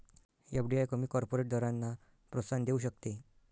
FDI कमी corporate दरांना प्रोत्साहन देऊ शकते